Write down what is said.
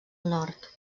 nord